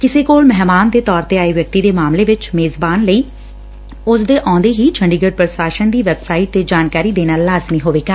ਕਿਸੇ ਕੋਲ ਮਹਿੰਮਾਨ ਦੇ ਤੌਰ ਤੇ ਆਏ ਵਿਅਕਤੀ ਦੇ ਮਾਮਲੇ ਚ ਮੇਜ਼ਬਾਨ ਲਈ ਉਸਦੇ ਆਉਦੇ ਹੀ ਚੰਡੀਗੜ ਪੁਸ਼ਾਸਨ ਦੀ ਵੈਬਸਾਈਟ ਤੇ ਜਾਣਕਾਰੀ ਦੇਣਾ ਲਾਜ਼ਮੀ ਹੋਵੇਗਾ